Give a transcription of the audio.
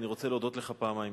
אני רוצה להודות לך פעמיים,